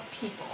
people